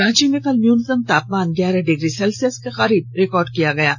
रांची में कल न्यूनतम तापमान ग्यारह डिग्री सेल्सियस के करीब रिकॉर्ड किया गया है